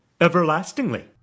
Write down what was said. Everlastingly